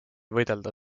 võidelda